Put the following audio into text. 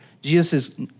Jesus